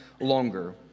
longer